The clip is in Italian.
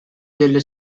delle